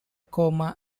coma